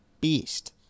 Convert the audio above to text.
beast